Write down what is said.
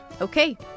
Okay